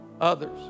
Others